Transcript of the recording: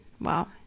wow